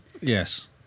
Yes